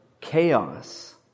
chaos